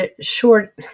short